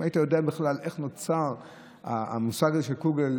אם היית יודע בכלל איך נוצר המושג הזה של קוגל,